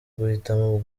guhitamo